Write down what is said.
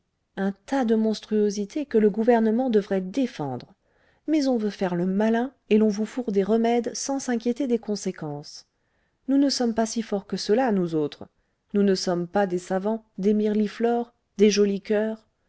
un tas de monstruosités que le gouvernement devrait défendre mais on veut faire le malin et l'on vous fourre des remèdes sans s'inquiéter des conséquences nous ne sommes pas si forts que cela nous autres nous ne sommes pas des savants des mirliflores des jolis coeurs